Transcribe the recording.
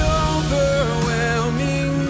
overwhelming